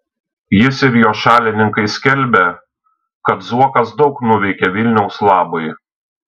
jis ir jo šalininkai skelbia kad zuokas daug nuveikė vilniaus labui